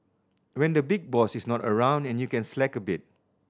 when the big boss is not around and you can slack a bit